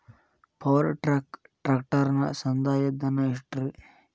Power track ಟ್ರ್ಯಾಕ್ಟರನ ಸಂದಾಯ ಧನ ಎಷ್ಟ್ ರಿ?